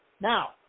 Now